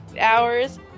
Hours